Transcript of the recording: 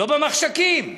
לא במחשכים.